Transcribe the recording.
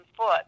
Foot